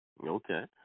Okay